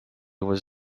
was